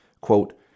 Quote